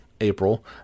April